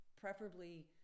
preferably